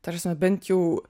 ta prasme bent jau